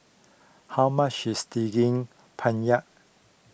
how much is Daging Penyet